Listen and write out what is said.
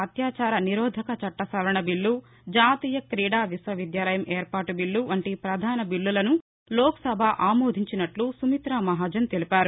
అత్యాచార నిరోధక చట్టసవరణ బీల్ల జాతీయ క్రీడా విశ్వవిద్యాలయం ఏర్పాటు బిల్లు వంటి పధానమైన బిల్లలను లోక్సభ ఆమోదించినట్ల సుమితామహాజన్ తెలిపారు